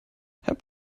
hab